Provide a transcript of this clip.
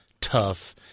tough